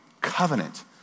covenant